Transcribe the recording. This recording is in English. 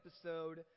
episode